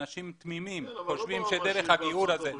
אנשים תמימים חושבים שדרך הגיור הזה --- כן,